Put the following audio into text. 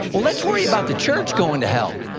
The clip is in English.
well let's worry about the church going to hell.